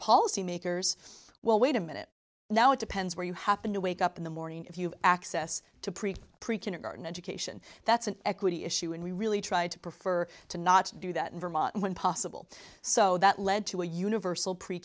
policymakers well wait a minute now it depends where you happen to wake up in the morning if you have access to preach pre kindergarten education that's an equity issue and we really tried to prefer to not do that in vermont when possible so that led to a universal pre